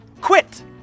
quit